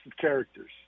characters